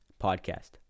Podcast